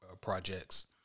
projects